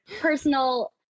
personal